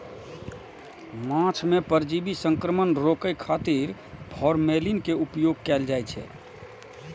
माछ मे परजीवी संक्रमण रोकै खातिर फॉर्मेलिन के उपयोग कैल जाइ छै